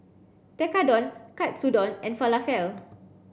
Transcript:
Tekkadon Katsudon and Falafel